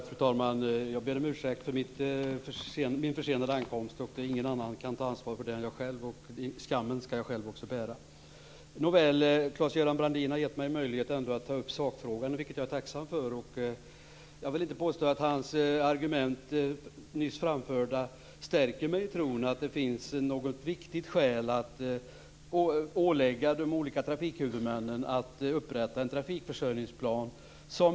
Fru talman! Jag ber om ursäkt för min försenade ankomst. Ingen annan kan ta ansvar för den än jag själv, och skammen skall jag själv också bära. Claes-Göran Brandin har gett mig möjlighet att ta upp sakfrågan, vilket jag är tacksam för. Jag vill inte påstå att hans nyss framförda argument stärker mig i tron att det finns något viktigt skäl för att ålägga de olika trafikhuvudmännen att upprätta en trafikförsörjningsplan.